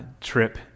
trip